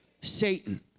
Satan